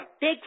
big